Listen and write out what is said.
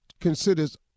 considers